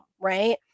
Right